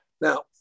Now